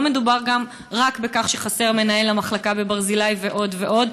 לא מדובר גם רק בכך שחסר מנהל למחלקה בברזילי ועוד ועוד,